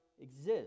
exist